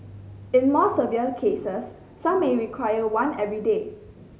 in more severe cases some may require one every day